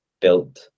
built